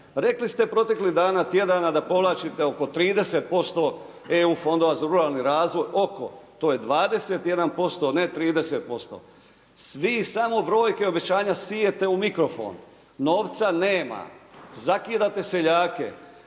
Rekli ste proteklih dana, tjedana, da povlačite oko 30% EU fondova za ruralni razvoj, oko to je 21% a ne 30% svi samo brojke obečanje sijete u mikrofon, novca nema. Zakidate seljake,